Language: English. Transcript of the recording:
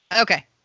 okay